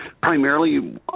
Primarily